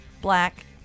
black